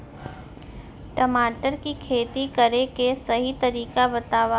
टमाटर की खेती करे के सही तरीका बतावा?